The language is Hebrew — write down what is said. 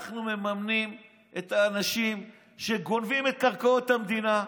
אנחנו מממנים את האנשים שגונבים את קרקעות המדינה,